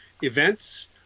events